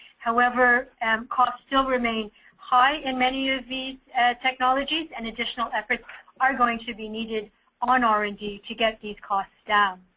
however and cost still remains high in many of these technologies and additional effort are going to be needed on r and d to get this cost down.